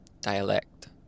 Dialect